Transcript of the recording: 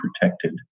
protected